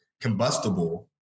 combustible